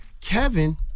Kevin